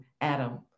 Adam